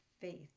faith